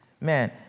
Man